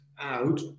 out